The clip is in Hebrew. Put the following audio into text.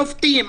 שופטים,